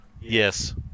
Yes